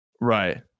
Right